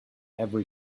every